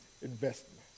investment